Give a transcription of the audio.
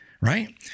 Right